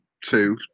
two